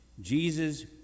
Jesus